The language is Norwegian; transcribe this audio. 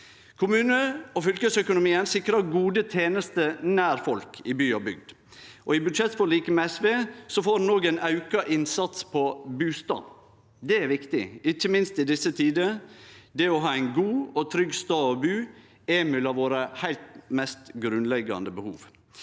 Kommune- og fylkesøkonomien sikrar gode tenester nær folk i by og bygd, og i budsjettforliket med SV får ein òg ein auka innsats på bustad. Det er viktig, ikkje minst i desse tider. Det å ha ein god og trygg stad å bu er av våre mest grunnleggjande behov.